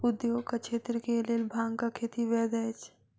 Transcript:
उद्योगक क्षेत्र के लेल भांगक खेती वैध अछि